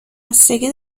بستگی